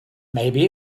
maybe